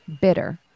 bitter